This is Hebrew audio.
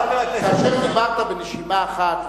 כאשר דיברת בנשימה אחת,